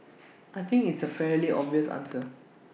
I think it's A fairly obvious answer